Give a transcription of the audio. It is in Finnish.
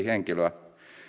henkilöä